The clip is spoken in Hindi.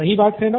सही बात है न